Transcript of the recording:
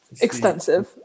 Extensive